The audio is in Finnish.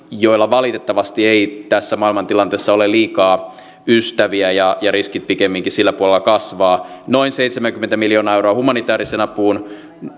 joilla valitettavasti ei tässä maailman tilanteessa ole liikaa ystäviä ja ja riskit pikemminkin sillä puolella kasvavat noin seitsemänkymmentä miljoonaa euroa humanitääriseen apuun